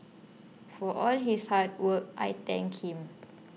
for all his hard work I thank him